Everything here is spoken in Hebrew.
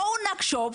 בואו נחשוב,